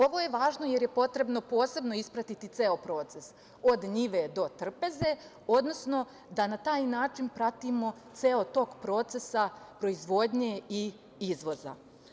Ovo je važno jer je potrebno posebno ispratiti ceo proces, od njive do trpeze, odnosno, da na taj način pratimo ceo tok procesa proizvodnje i izvoza.